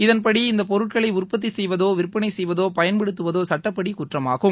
இதன்படி இந்த பொருட்களை உற்பத்தி செய்வதோ விற்பனை செய்வதோ பயன்படுத்துவதோ சட்டப்படி குற்றமாகும்